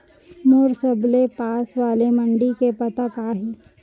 मोर सबले पास वाले मण्डी के पता का हे?